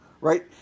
right